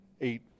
eight